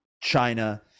china